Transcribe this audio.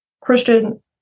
Christian